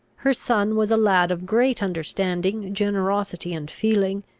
her son was a lad of great understanding, generosity, and feeling,